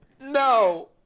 No